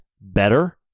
better